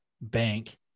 bank